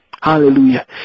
Hallelujah